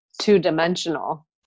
two-dimensional